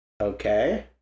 Okay